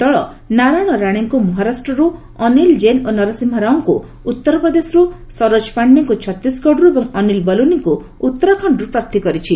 ଦଳ ନାରାୟଣ ରାଣେଙ୍କ ମହାରାଷ୍ଟ୍ରର୍ ଅନିଲ୍ କୈନ ଓ ନରସିଂହା ରାଓଙ୍କ ଉତ୍ତର ପ୍ରଦେଶର୍ତ ସରୋଜ ପାଣ୍ଡେଙ୍କ ଛତିଶଗଡ଼ର୍ ଏବଂ ଅନିଲ୍ ବଲ୍ତନିଙ୍କ ଉତ୍ତରାଖଣ୍ଡର୍ ପ୍ରାର୍ଥୀ କରିଛି